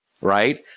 right